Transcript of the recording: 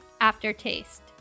aftertaste